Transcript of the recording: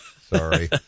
Sorry